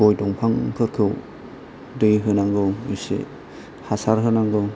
गय दंफांफोरखौ दैहोनांगौ एसे हासार होनांगौ